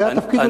זה אולי התפקיד,